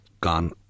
gone